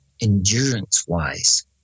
endurance-wise